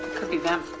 could be them.